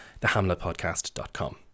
thehamletpodcast.com